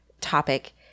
topic